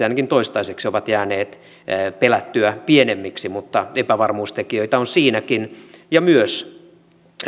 ainakin toistaiseksi ovat jääneet pelättyä pienemmiksi mutta epävarmuustekijöitä on siinäkin ja myös